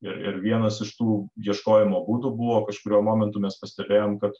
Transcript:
ir ir vienas iš tų ieškojimo būdų buvo kažkuriuo momentu mes pastebėjom kad